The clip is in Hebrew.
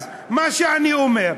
אז מה שאני אומר,